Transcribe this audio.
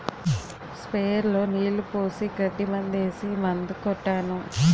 sprayer లో నీళ్లు పోసి గడ్డి మందేసి మందు కొట్టాను